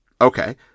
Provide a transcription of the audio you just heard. okay